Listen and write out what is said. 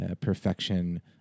perfection